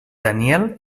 daniel